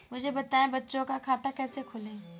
मुझे बताएँ बच्चों का खाता कैसे खोलें?